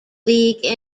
league